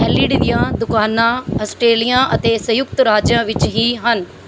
L E D ਦੀਆਂ ਦੁਕਾਨਾਂ ਆਸਟ੍ਰੇਲੀਆਂ ਅਤੇ ਸੰਯੁਕਤ ਰਾਜਾਂ ਵਿਚ ਹੀ ਹਨ